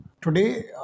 Today